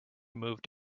moved